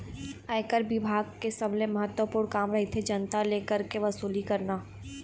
आयकर बिभाग के सबले महत्वपूर्न काम रहिथे जनता ले कर के वसूली करना